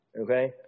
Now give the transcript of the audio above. okay